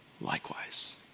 likewise